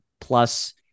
plus